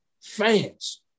fans